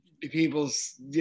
people's